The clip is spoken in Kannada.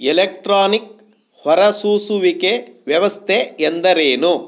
ಎಲೆಕ್ಟ್ರಾನಿಕ್ ಹೊರಸೂಸುವಿಕೆ ವ್ಯವಸ್ಥೆ ಎಂದರೇನು